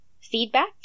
feedback